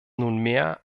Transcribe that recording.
nunmehr